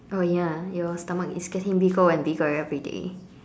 oh ya your stomach is getting bigger and bigger everyday